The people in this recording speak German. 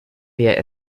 wir